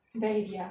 very heavy ah